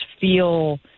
feel